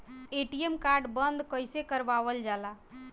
ATM card बन्द कईसे करावल जाला?